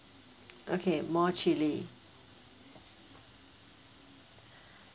okay more chilli